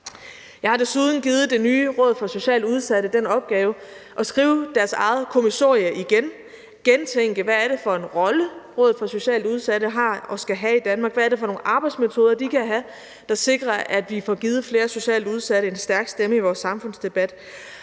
Jeg har desuden givet det nye Rådet for Socialt Udsatte den opgave at skrive deres eget kommissorie igen – at gentænke, hvad det er for en rolle, Rådet for Socialt Udsatte har og skal have i Danmark, og hvad det er for nogle arbejdsmetoder, de kan have, der sikrer, at vi får givet flere socialt udsatte en stærk stemme i vores samfundsdebat.